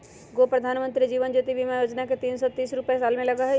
गो प्रधानमंत्री जीवन ज्योति बीमा योजना है तीन सौ तीस रुपए साल में लगहई?